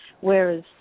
Whereas